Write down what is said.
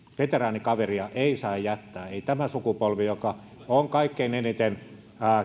veteraanikaveria ei saa jättää ei tämä sukupolvi joka on kaikkein eniten